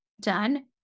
done